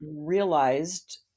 realized